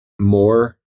more